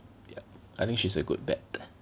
ya I think she's a good bet